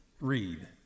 Read